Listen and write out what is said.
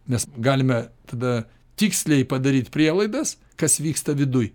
mes galime tada tiksliai padaryt prielaidas kas vyksta viduj